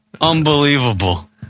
Unbelievable